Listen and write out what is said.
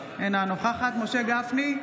אינה נוכחת משה גפני,